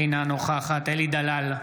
אינה נוכחת אלי דלל,